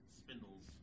spindles